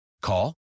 Call